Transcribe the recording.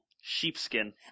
Sheepskin